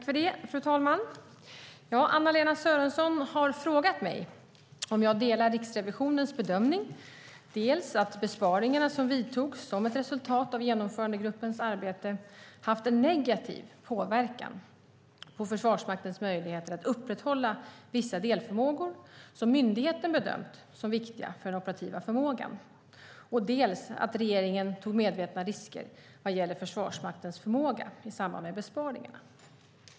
Fru talman! Anna-Lena Sörenson har frågat mig om jag delar Riksrevisionens bedömning dels att besparingarna som vidtogs som ett resultat av genomförandegruppens arbete haft en negativ påverkan på Försvarsmaktens möjligheter att upprätthålla vissa delförmågor som myndigheten bedömt som viktiga för den operativa förmågan, dels att regeringen tog medvetna risker vad gäller Försvarsmaktens förmåga i samband med besparingarna.